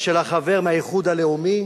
של החבר מהאיחוד הלאומי,